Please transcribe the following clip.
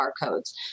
barcodes